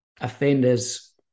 offenders